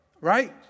right